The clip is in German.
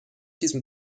diesem